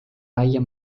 laia